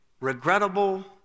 Regrettable